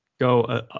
go